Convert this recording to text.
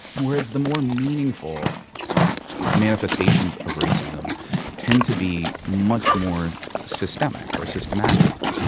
whereas, the more meaningful manifestations of racism tend to be much more systemic or systematic.